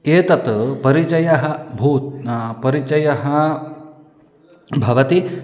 एतत् परिचयः भूतः परिचयः भवति